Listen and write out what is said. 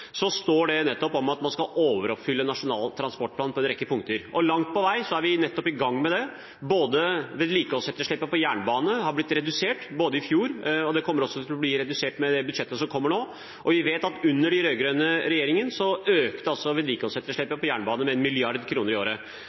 står nettopp at man skal overoppfylle Nasjonal transportplan på en rekke punkter. Langt på vei er vi i gang med nettopp det. Vedlikeholdsetterslepet på jernbane har blitt redusert i fjor og kommer også til å bli redusert med budsjettet som kommer nå, og vi vet at under den rød-grønne regjeringen økte vedlikeholdsetterslepet på jernbane med 1 mrd. kr i året.